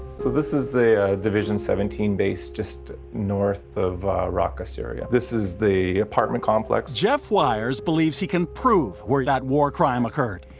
so this is the division seventeen base, just north of raqqa, syria. this is the apartment complex. jeff weyers believes he can prove where that war crime occurred.